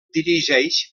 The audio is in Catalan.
dirigeix